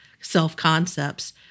self-concepts